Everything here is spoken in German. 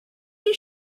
die